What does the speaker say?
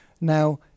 Now